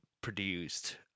produced